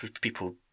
people